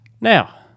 Now